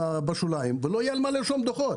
בשוליים ולא יהיה על מה לרשום דוחות.